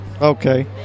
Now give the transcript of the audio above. Okay